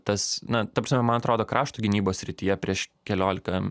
tas na ta prasme man atrodo krašto gynybos srityje prieš keliolika